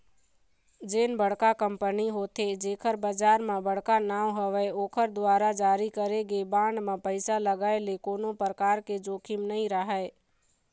जेन बड़का कंपनी होथे जेखर बजार म बड़का नांव हवय ओखर दुवारा जारी करे गे बांड म पइसा लगाय ले कोनो परकार के जोखिम नइ राहय